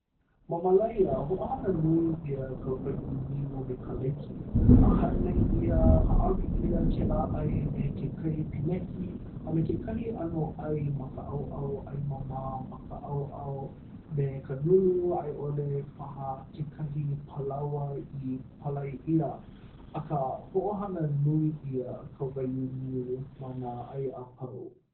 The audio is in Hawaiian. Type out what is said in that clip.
Ma Malaia hoʻohana nui ʻia ka waiū niu me ka laiki a hānai ʻia haʻawi ʻia kēlā ʻai me ke kai pīneki a me kekahi ʻano ʻai ma ka ʻaoʻao ʻai māmā ma ka ʻaoʻao me ka nulu a i ʻole paha kekahi palaoa i palai ʻia akā hoʻohana nui ʻia ka waiū niu ma nā ʻai a pau.